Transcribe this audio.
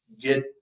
get